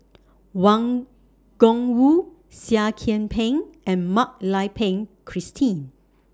Wang Gungwu Seah Kian Peng and Mak Lai Peng Christine